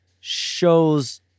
shows